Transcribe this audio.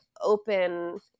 open